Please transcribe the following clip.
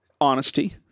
Honesty